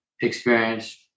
experience